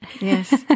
Yes